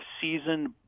seasoned